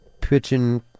pitching